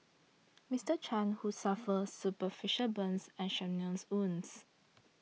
Mister Chan who suffered superficial burns and shrapnel wounds